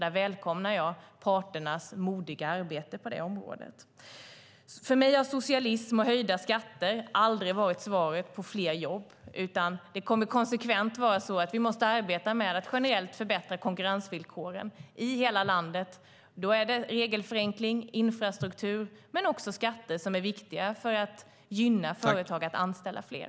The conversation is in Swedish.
Jag välkomnar parternas modiga arbete på det området. För mig har socialism och höjda skatter aldrig varit svaret när det gäller fler jobb, utan det kommer konsekvent att vara så att vi måste arbeta med att generellt förbättra konkurrensvillkoren i hela landet. Då är det regelförenkling, infrastruktur men också skatter som är viktiga för att gynna företag så att de kan anställa fler.